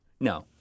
No